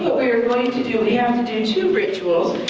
we're going to do we have to do two rituals.